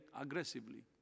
aggressively